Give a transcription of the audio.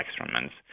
experiments